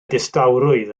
distawrwydd